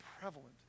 prevalent